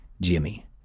Jimmy